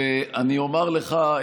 אני אומר לך,